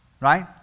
right